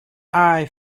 eye